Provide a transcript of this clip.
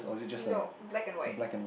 no black and white